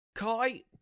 Kai